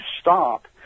stop